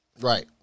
right